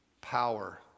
power